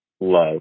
love